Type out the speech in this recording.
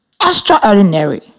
extraordinary